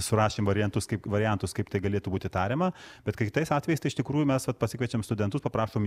surašėm variantus kaip variantus kaip tai galėtų būti tariama bet kitais atvejais tai iš tikrųjų mes vat pasikviečiam studentus paprašom